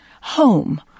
home